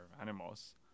animals